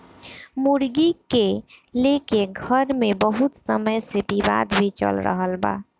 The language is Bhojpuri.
मुर्गी के लेके घर मे बहुत समय से विवाद भी चल रहल बा